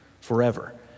forever